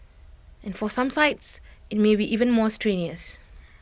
and for some sites IT may be even more strenuous